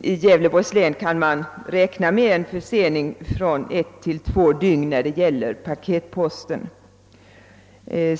i Gävleborgs län kan man räkna med en försening på 1—2 dygn.